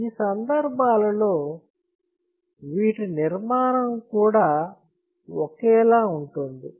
ఈ సందర్భాలలో వీటి నిర్మాణం కూడా ఒకేలా ఉంటుంది